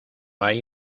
hay